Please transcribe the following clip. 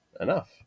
enough